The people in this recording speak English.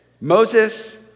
Moses